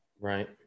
Right